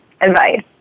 advice